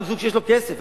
גם זוג שיש לו כסף,